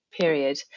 period